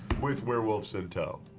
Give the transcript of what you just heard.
with werewolves in tow.